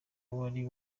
wari